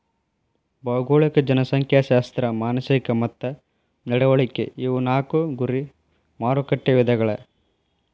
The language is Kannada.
ಭೌಗೋಳಿಕ ಜನಸಂಖ್ಯಾಶಾಸ್ತ್ರ ಮಾನಸಿಕ ಮತ್ತ ನಡವಳಿಕೆ ಇವು ನಾಕು ಗುರಿ ಮಾರಕಟ್ಟೆ ವಿಧಗಳ